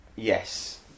Yes